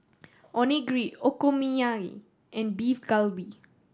Onigiri Okonomiyaki and Beef Galbi